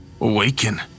awaken